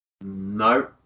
No